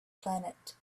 planet